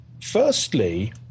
Firstly